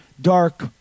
dark